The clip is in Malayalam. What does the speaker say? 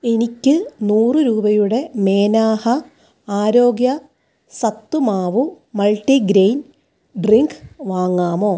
എനിക്ക് നൂറ് രൂപയുടെ മേനാഹ ആരോഗ്യ സത്തു മാവു മൾട്ടി ഗ്രെയിൻ ഡ്രിങ്ക് വാങ്ങാമോ